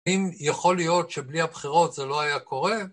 האם יכול להיות שבלי הבחירות זה לא היה קורה?